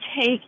take